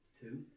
Two